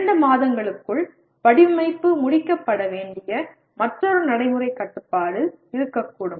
இரண்டு மாதங்களுக்குள் வடிவமைப்பு முடிக்கப்பட வேண்டிய மற்றொரு நடைமுறைக் கட்டுப்பாடு இருக்கக்கூடும்